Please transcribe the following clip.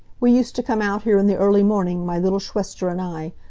we used to come out here in the early morning, my little schwester and i,